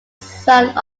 son